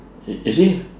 y~ you see